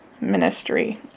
ministry